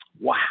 Wow